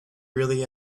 really